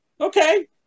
okay